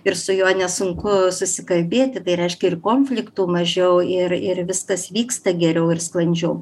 ir su juo nesunku susikalbėti tai reiškia ir konfliktų mažiau ir ir viskas vyksta geriau ir sklandžiau